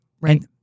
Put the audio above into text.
right